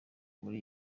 muri